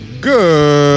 Good